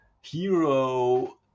hero